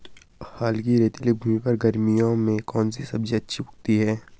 हल्की रेतीली भूमि पर गर्मियों में कौन सी सब्जी अच्छी उगती है?